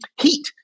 heat